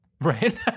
Right